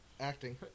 acting